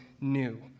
new